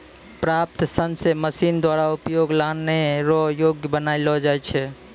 प्राप्त सन से मशीन द्वारा उपयोग लानै रो योग्य बनालो जाय छै